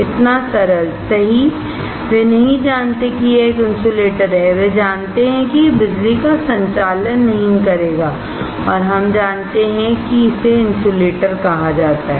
इतना सरल सही वे नहीं जानते कि यह एक इन्सुलेटर है वे जानते हैं कि यह बिजली का संचालन नहीं करेगा और हम जानते हैं कि इसे इन्सुलेटर कहा जाता है